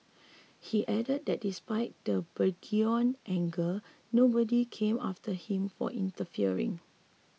he added that despite the burgeoning anger nobody came after him for interfering